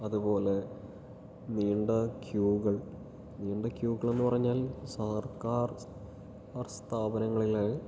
അതുപോലെ നീണ്ട ക്യൂകൾ നീണ്ട ക്യൂകളെന്ന് പറഞ്ഞാൽ സർക്കാർ സ്ഥാപനങ്ങളിലെ